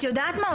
את יודעת מה,